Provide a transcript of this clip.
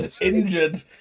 injured